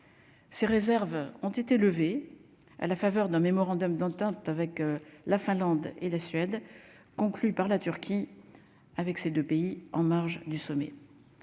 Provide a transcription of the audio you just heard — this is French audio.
Ces réserves ont été levées, à la faveur d'un mémorandum d'entente avec la Finlande et la Suède, conclu par la Turquie, avec ces 2 pays en marge du sommet,